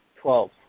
twelve